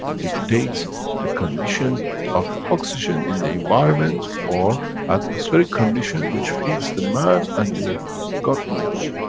dictates the condition of the oxygen in the environment or atmospheric condition, which feeds the man and the god knows,